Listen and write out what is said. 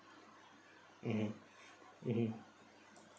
mmhmm mmhmm